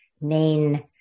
main